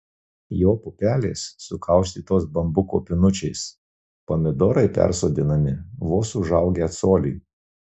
jo pupelės sukaustytos bambuko pinučiais pomidorai persodinami vos užaugę colį